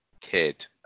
kid